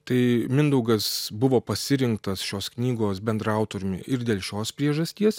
tai mindaugas buvo pasirinktas šios knygos bendraautoriumi ir dėl šios priežasties